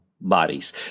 bodies